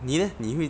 你哦你会